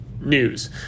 news